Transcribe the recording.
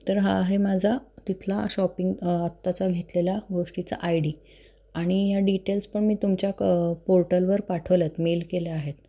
तर हा आहे माझा तिथला शॉपिंग आत्ताचा घेतलेल्या गोष्टीचा आय डी आणि ह्या डिटेल्स पण मी तुमच्या क पोर्टलवर पाठवल्या आहेत मेल केल्या आहेत